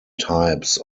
types